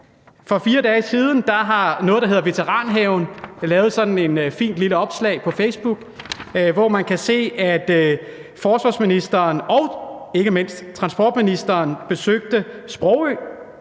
der hedder VeteranHaven, lavet sådan et fint lille opslag på Facebook, hvor man kan se, at forsvarsministeren og ikke mindst transportministeren besøgte Sprogø,